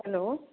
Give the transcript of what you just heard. hello